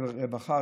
רווחה,